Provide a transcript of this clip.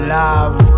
love